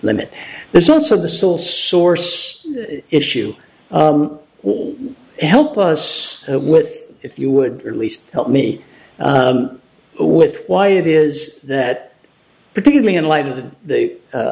limit there's also the sole source issue will help us with if you would at least help me with why it is that particularly in light of the